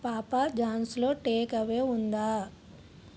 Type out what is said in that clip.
పాపా జాన్స్లో take away ఉందా